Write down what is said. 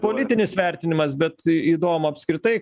politinis vertinimas bet įdomu apskritai